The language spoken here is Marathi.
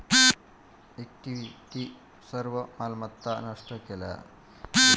इक्विटी सर्व मालमत्ता नष्ट केल्या गेल्या